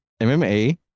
MMA